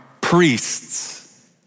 priests